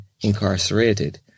incarcerated